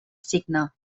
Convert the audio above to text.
signe